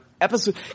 episode